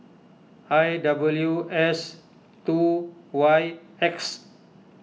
I W S two Y X